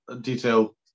detail